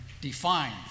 define